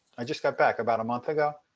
i just got back about a month ago.